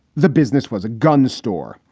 the business was a gun store.